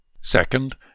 Second